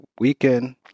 weekend